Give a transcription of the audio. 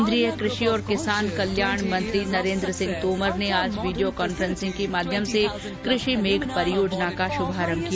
केन्द्रीय कृषि और किसान कल्याण मंत्री नरेन्द्र सिंह तोमर ने आज वीडियो कॉन्फ्रेंसिंग के माध्यम से कृषि मेघ परियोजना का शुभारम्भ किया